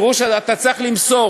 פירוש הדבר שאתה צריך למסור,